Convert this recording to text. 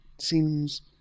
seems